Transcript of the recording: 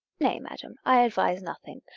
nay, madam, i advise nothing,